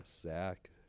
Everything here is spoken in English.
Zach